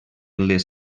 les